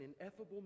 ineffable